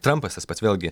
tempas tas pats vėlgi